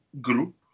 group